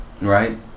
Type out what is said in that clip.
right